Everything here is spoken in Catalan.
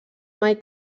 mai